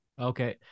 Okay